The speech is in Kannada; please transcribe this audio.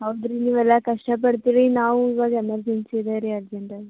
ಹೌದು ರೀ ನೀವೆಲ್ಲ ಕಷ್ಟ ಪಡ್ತೀರಿ ನಾವು ಇವಾಗ ಎಮರ್ಜನ್ಸಿ ಇದೆ ರೀ ಅರ್ಜೆಂಟಾಗಿ